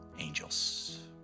angels